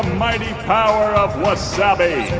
mighty power of wasabi?